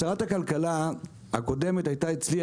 שרת הכלכלה הקודמת הייתה אצלי,